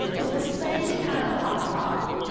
it was the same kind of aha.